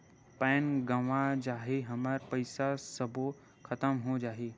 Pan गंवा जाही हमर पईसा सबो खतम हो जाही?